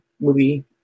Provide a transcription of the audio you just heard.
movie